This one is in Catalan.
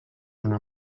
una